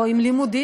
או עם לימודים,